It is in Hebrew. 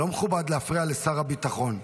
לא מכובד להפריע לשר הביטחון,